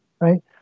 right